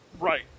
Right